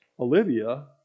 Olivia